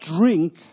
drink